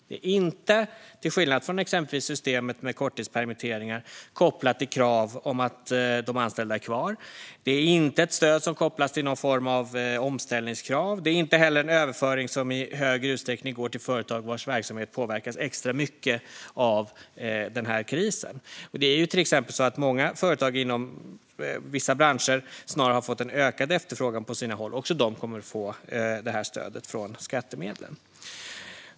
Det är inte, till skillnad från exempelvis systemet med korttidspermitteringar, kopplat till krav på att de anställda är kvar. Det är inte ett stöd som kopplas till någon form av omställningskrav. Det är inte heller en överföring som i högre utsträckning går till företag vars verksamhet påverkas extra mycket av den här krisen. Många företag inom vissa branscher har på sina håll snarare fått ökad efterfrågan, men också de kommer att få det här stödet från skattemedlen.